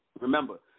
Remember